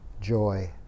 joy